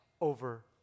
over